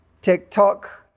TikTok